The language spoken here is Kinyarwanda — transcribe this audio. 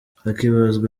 hakibazwa